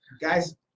guys